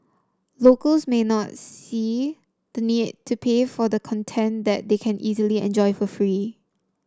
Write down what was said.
locals may not see the need to pay for the content that they can easily enjoy for free